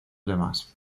demás